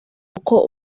uko